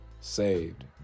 saved